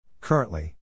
Currently